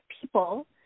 people